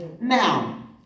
Now